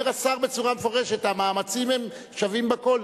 אומר השר בצורה מפורשת: המאמצים הם שווים בכול.